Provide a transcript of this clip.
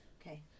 Okay